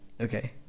Okay